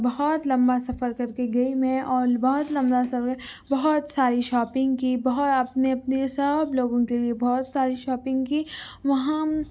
بہت لمبا سفر کر کے گئی میں اور بہت لمبا سور بہت ساری شاپنگ کی بہت اپنے اپنے سب لوگوں کے لیے بہت ساری شاپنگ کی وہاں ہم